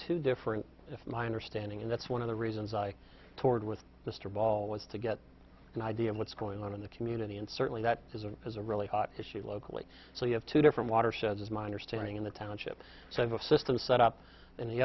to different if my understanding and that's one of the reasons i toured with mr ball was to get an idea of what's going on in the community and certainly that isn't has a really hot issue locally so you have two different watersheds is my understanding in the township of a system set up and the